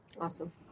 Awesome